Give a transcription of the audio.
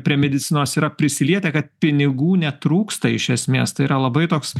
prie medicinos yra prisilietę kad pinigų netrūksta iš esmės tai yra labai toks